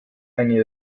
eine